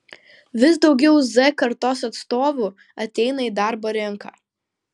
vis daugiau z kartos atstovų ateina į darbo rinką